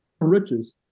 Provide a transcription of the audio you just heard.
riches